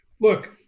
look